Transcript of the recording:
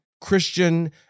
Christian